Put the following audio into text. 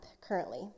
currently